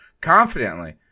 confidently